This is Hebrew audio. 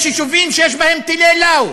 יש יישובים שיש בהם טילי "לאו".